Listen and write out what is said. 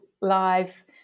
Live